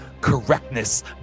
correctness